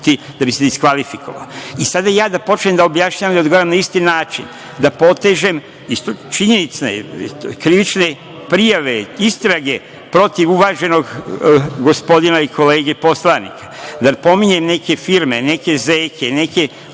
da bi se diskvalifikovao. I sada ja da počnem da objašnjavam i da odgovaram na isti način, da potežem, i činjenice, krivične prijave, istrage protiv uvaženog gospodina i kolege poslanika, da pominjem neke firme, neke zeke, neke